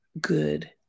good